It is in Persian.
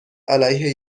علیه